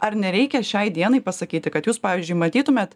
ar nereikia šiai dienai pasakyti kad jūs pavyzdžiui matytumėt